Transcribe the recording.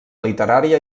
literària